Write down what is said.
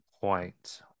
point